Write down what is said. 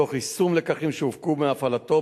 תוך יישום לקחים שהופקו מהפעלתו.